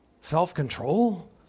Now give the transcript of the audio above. self-control